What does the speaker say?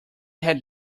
had